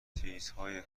چیزهای